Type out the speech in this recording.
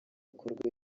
bikorwe